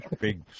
Big